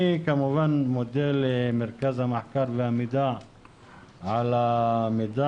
אני כמובן מודה למרכז המחקר והמידע על המידע